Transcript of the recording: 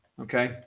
Okay